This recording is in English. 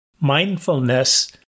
mindfulness